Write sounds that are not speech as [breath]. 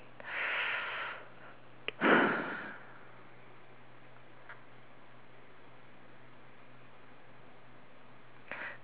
[breath]